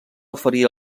oferir